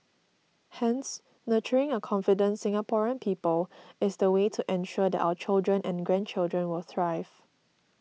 Hence nurturing a confident Singaporean people is the way to ensure that our children and grandchildren will thrive